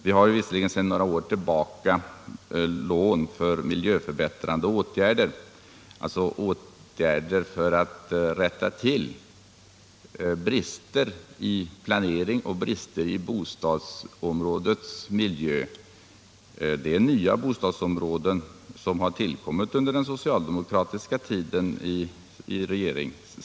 Det finns visserligen sedan några år tillbaka lån för miljöförbättrande åtgärder, alltså åtgärder för att rätta till brister i planering och i bostadsområdenas miljö. Det är nya bostadsområden som har tillkommit under socialdemokraternas tid i regeringen.